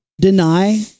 deny